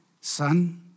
Son